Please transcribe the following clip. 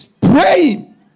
praying